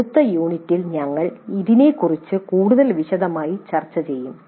അടുത്ത യൂണിറ്റിൽ ഞങ്ങൾ ഇതിനെക്കുറിച്ച് കൂടുതൽ വിശദമായി ചർച്ചചെയ്യും